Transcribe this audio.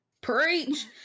Preach